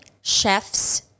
chefs